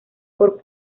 por